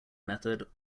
method